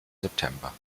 september